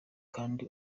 kandi